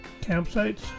campsites